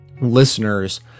listeners